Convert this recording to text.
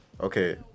okay